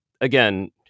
again